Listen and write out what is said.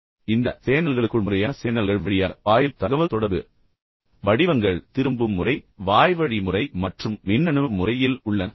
மேலும் இந்த சேனல்களுக்குள் முறையான சேனல்கள் வழியாக பாயும் தகவல்தொடர்பு வடிவங்கள் திரும்பும் முறை வாய்வழி முறை மற்றும் மின்னணு முறையில் உள்ளன